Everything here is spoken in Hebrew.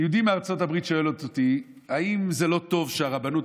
יהודית מארצות הברית שואלת אותי: האם זה לא טוב שהרבנות,